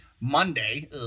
Monday